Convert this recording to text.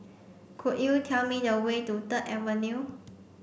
could you tell me the way to Third Avenue